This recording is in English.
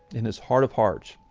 in his heart of hearts,